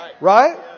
Right